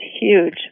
huge